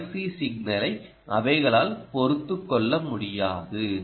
noisy சிக்னலை அவைகளால் பொறுத்துக்கொள்ள முடியாது